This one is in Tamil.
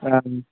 ஆ